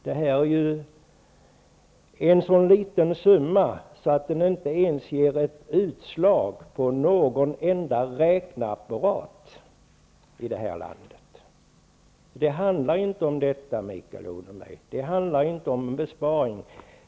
Det rör sig om en så liten summa att den inte ens ger ett utslag på någon enda räkneapparat i det här landet. Det handlar inte om detta, Mikael Odenberg. Det handlar inte om besparing.